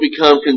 become